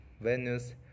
Venus